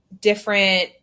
different